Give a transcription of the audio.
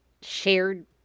shared